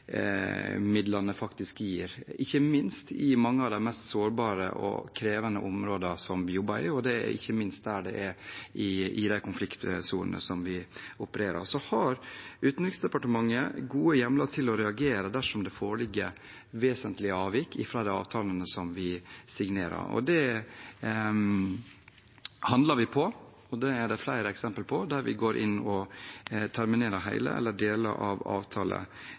faktisk gir, ikke minst i mange av de mest sårbare og krevende områdene som vi jobber i, og i de konfliktsonene som vi opererer i. Så har Utenriksdepartementet gode hjemler til å reagere dersom det foreligger vesentlige avvik fra de avtalene som vi signerer. Det handler vi på, og det er flere eksempler på at vi går inn og terminerer hele eller deler av en avtale